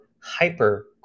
hyper